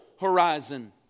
horizon